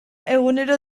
egunero